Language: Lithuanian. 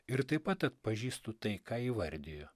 ir taip pat atpažįstu tai ką įvardiju